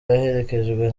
aherekejwe